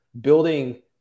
building